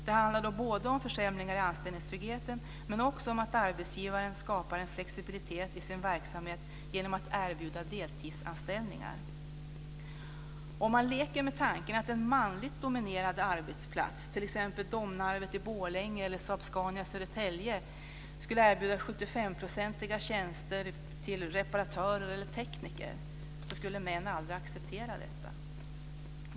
Det handlar då om försämringar i anställningstryggheten men också om att arbetsgivaren skapar en flexibilitet i sin verksamhet genom att erbjuda deltidsanställningar. Om man leker med tanken att en manligt dominerad arbetsplats, t.ex. Domnarvet i Borlänge eller Saab Scania i Södertälje, skulle erbjuda 75-procentiga tjänster till reparatörer eller tekniker så skulle män aldrig acceptera detta.